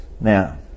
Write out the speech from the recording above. Now